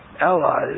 allies